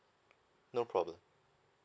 no problem